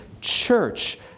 church